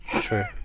True